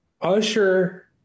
Usher